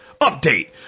Update